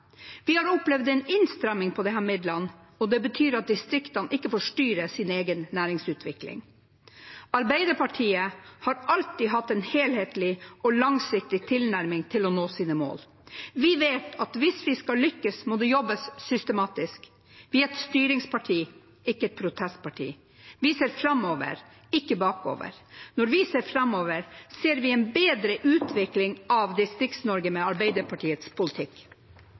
Vi har opplevd en innstramming av disse midlene, og det betyr at distriktene ikke får styre sin egen næringsutvikling. Arbeiderpartiet har alltid hatt en helhetlig og langsiktig tilnærming til å nå sine mål. Vi vet at hvis vi skal lykkes, må det jobbes systematisk. Vi er et styringsparti, ikke et protestparti. Vi ser framover, ikke bakover. Når vi ser framover, ser vi en bedre utvikling av Distrikts-Norge med Arbeiderpartiets politikk.